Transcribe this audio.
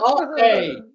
Okay